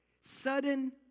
Sudden